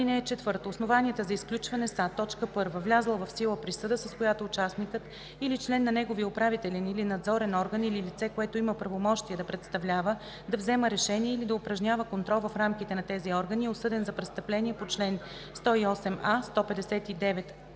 (4) Основанията за изключване са: 1. влязла в сила присъда, с която участникът или член на неговия управителен или надзорен орган, или лице, което има правомощия да представлява, да взема решения или да упражнява контрол в рамките на тези органи, е осъден за престъпление по чл. 108а, 159а